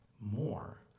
more